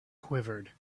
quivered